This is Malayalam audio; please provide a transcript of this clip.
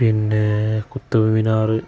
പിന്നെ കുത്തബ് മിനാർ